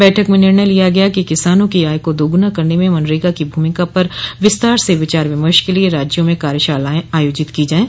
बैठक में निर्णय लिया गया कि किसानों की आय को दोग़ना करने में मनरेगा की भूमिका पर विस्तार से विचार विमर्श के लिए राज्यों में कार्यशालाएं आयोजित की जाये